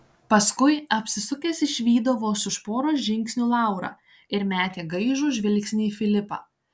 paskui apsisukęs išvydo vos už poros žingsnių laurą ir metė gaižų žvilgsnį į filipą